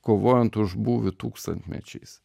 kovojant už būvį tūkstantmečiais